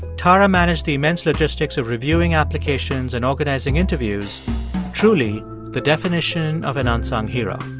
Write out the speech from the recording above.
taara managed the immense logistics of reviewing applications and organizing interviews truly the definition of an unsung hero